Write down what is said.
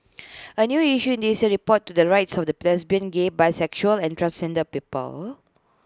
A new issue in this year's report to the rights of the lesbian gay bisexual and transgender people